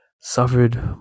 suffered